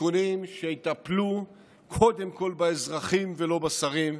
תיקונים שיטפלו קודם כול באזרחים ולא בשרים,